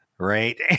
right